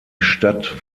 stadt